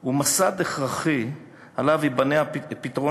הוא מסד הכרחי ועליו ייבנה פתרון